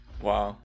Wow